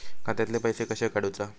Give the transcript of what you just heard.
खात्यातले पैसे कशे काडूचा?